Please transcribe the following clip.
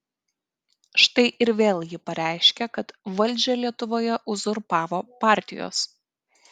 štai ir vėl ji pareiškė kad valdžią lietuvoje uzurpavo partijos